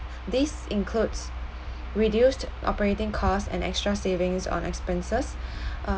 this includes reduced operating cost and extra savings on expenses uh